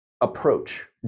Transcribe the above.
approach